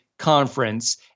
conference